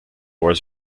was